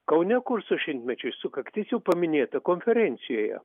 kaune kursų šimtmečiui sukaktis jau paminėta konferencijoje